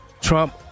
Trump